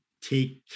take